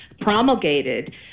promulgated